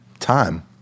Time